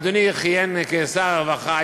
אדוני כיהן כשר הרווחה.